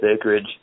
acreage